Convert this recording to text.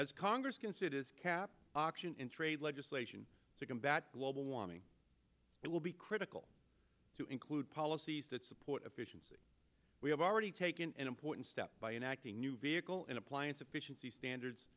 as congress considers cap auction in trade legislation to combat global warming it will be critical to include policies that support efficiency we have already taken an important step by enacting a new vehicle in appliance efficiency standards